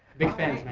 big fans,